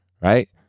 right